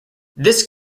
this